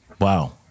Wow